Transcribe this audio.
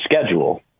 schedule